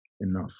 enough